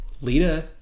Lita